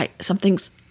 something's